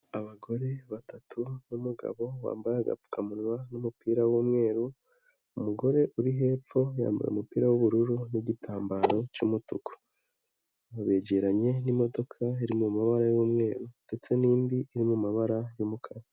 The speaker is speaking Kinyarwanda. Abagore batatu n'umugabo wambaye agapfukamunwa n'umupira w'umweru, umugore uri hepfo yambaye umupira w'ubururu n'igitambaro cy'umutuku, begeranye n'imodoka iri mu mumabara y'umweru ndetse n'indi iri mu mabara y'umukara.